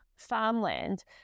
Farmland